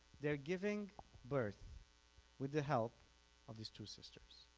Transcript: they're giving birth with the help of these two sisters.